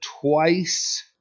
twice